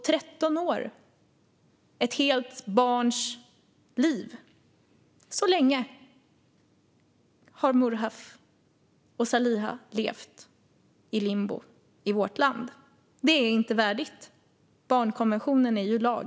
Tretton år - ett barns hela liv - så länge har Murhaf och Saliha levt i limbo i vårt land. Det är inte värdigt; barnkonventionen är ju lag.